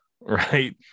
Right